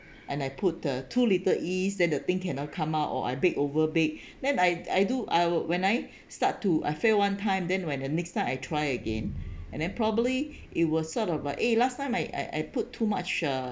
and I put the too little yeast then the thing cannot come out or I bake overbake then I I do I would when I start to I failed one time then when the next time I try again and then probably it was sort of like eh last time I I I put too much uh